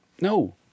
No